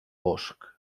bosc